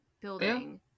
building